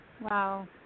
Wow